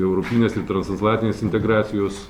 europinės ir transatlantinės integracijos